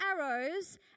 arrows